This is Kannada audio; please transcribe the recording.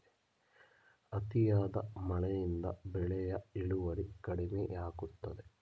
ಅತಿಯಾದ ಮಳೆಯಿಂದ ಬೆಳೆಯ ಇಳುವರಿ ಕಡಿಮೆಯಾಗುತ್ತದೆ